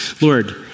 Lord